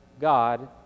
God